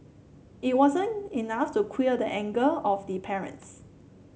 it wasn't enough to quell the anger of the parents